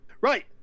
Right